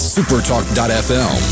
Supertalk.fm